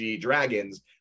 dragons